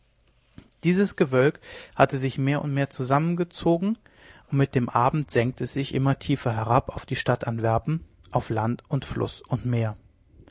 dieses gewölk hatte sich mehr und mehr zusammengezogen und mit dem abend senkte es sich immer tiefer herab auf die stadt antwerpen auf land und fluß und meer